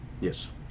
Yes